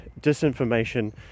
disinformation